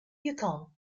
yukon